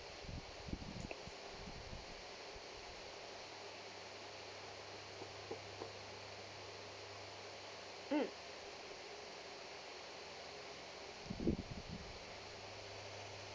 mm